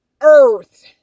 earth